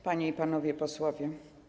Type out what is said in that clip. Panie i Panowie Posłowie!